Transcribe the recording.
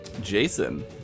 Jason